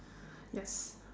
yes